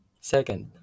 Second